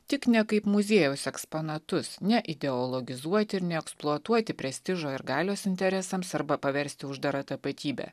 tik ne kaip muziejaus eksponatus ne ideologizuoti ir neeksploatuoti prestižo ir galios interesams arba paversti uždara tapatybe